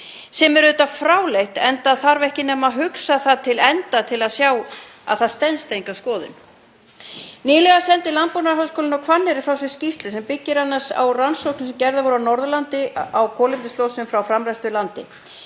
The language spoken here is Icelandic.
sem er auðvitað fráleitt enda þarf ekki nema hugsa það til enda til að sjá að það stenst enga skoðun. Nýlega sendi Landbúnaðarháskólinn á Hvanneyri frá sér skýrslu sem byggir á rannsóknum sem gerðar voru á Norðurlandi á kolefnislosun frá framræstu landi.